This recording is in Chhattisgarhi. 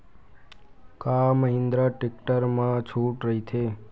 का महिंद्रा टेक्टर मा छुट राइथे?